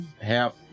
half